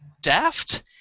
Daft